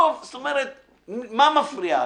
מה מפריע לי?